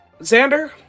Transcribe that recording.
Xander